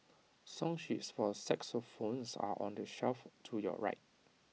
song sheets for xylophones are on the shelf to your right